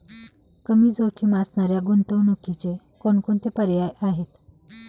कमी जोखीम असणाऱ्या गुंतवणुकीचे कोणकोणते पर्याय आहे?